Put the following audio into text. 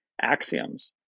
axioms